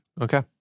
Okay